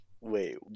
wait